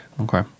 Okay